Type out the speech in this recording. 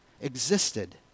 existed